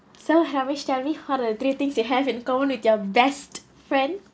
so haresh tell me what's the three things you have in common with your best friend